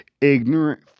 Ignorant